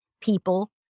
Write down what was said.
people